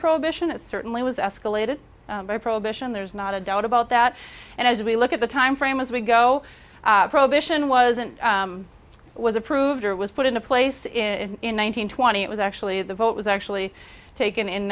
prohibition it certainly was escalated by prohibition and there's not a doubt about that and as we look at the time frame as we go prohibition wasn't was approved or was put into place in one thousand twenty it was actually the vote was actually taken in